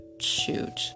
Shoot